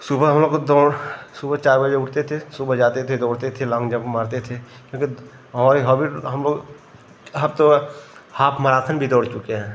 सुबह हम लोग को दौड़ सुबह चार बजे उठते थे सुबह जाते थे दौड़ते थे लॉन्ग जंप मारते थे क्योंकि हमारे हॉबी हम लोग हम तो हाफ़ मैराथन भी दौड़ चुके हैं